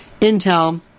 intel